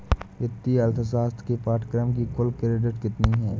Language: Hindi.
वित्तीय अर्थशास्त्र के पाठ्यक्रम की कुल क्रेडिट कितनी है?